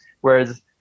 whereas